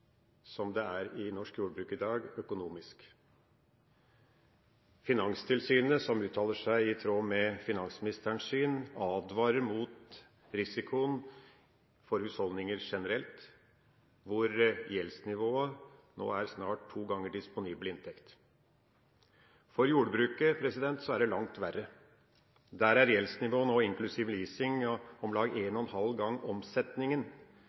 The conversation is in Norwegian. som det er i norsk jordbruk i dag økonomisk. Finanstilsynet som uttaler seg i tråd med finansministerens syn, advarer mot risikoen for husholdninger generelt, hvor gjeldsnivået nå er snart to ganger disponibel inntekt. For jordbruket er det langt verre. Der er gjeldsnivået nå, inklusiv leasing, om lag en og en halv gang omsetninga, eller om lag